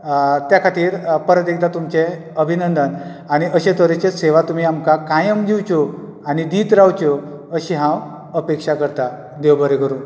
त्या खातीर परत एकदा तुमचें अभिनंदन आनी अशें तरेचे सेवा तुमी आमकां कायम दिवच्यो आनी दीत रावच्यो अशीं हांव अपेक्षां करतां देव बरें करूं